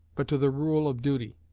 but to the rule of duty,